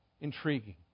intriguing